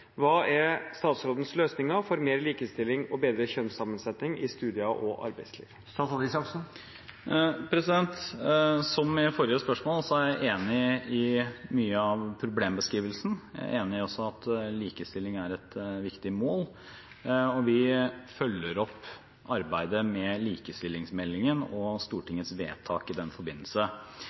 Hva er statsrådens løsninger for mer likestilling og bedre kjønnssammensetning i studier og arbeidsliv?» Som i forrige spørsmål er jeg enig i mye av problembeskrivelsen. Jeg er også enig i at likestilling er et viktig mål, og vi følger opp arbeidet med likestillingsmeldingen og Stortingets vedtak i den forbindelse.